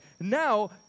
Now